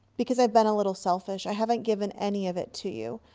because i've been a little selfish. i haven't given any of it to you.